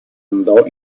andò